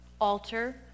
alter